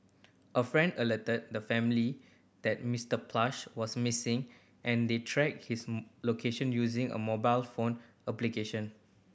a friend alerted the family that Mister Plush was missing and they tracked his location using a mobile phone application